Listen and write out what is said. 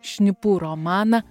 šnipų romaną